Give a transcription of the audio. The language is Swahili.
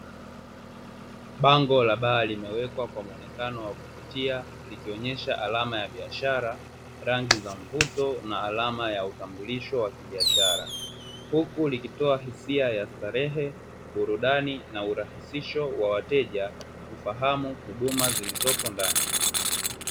Bango la baa limewekwa kwa muonekano wa kuvutia likionyesha alama ya biashara, rangi za mvuto na alama ya utambulisho wa kibiashara huku likitoa hisia ya starehe, burudani na urahisisho wa wateja kufahamu huduma zilizopo ndani.